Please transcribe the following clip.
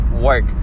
work